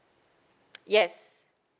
yes